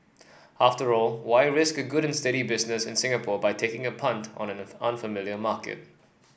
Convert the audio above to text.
after all why risk a good and steady business in Singapore by taking a punt on an unfamiliar market